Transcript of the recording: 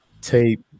Tape